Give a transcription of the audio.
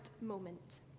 moment